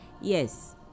Yes